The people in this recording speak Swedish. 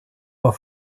var